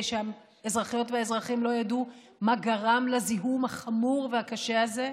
שהאזרחיות והאזרחים לא ידעו מה גרם לזיהום החמור והקשה הזה,